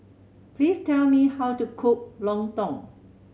please tell me how to cook lontong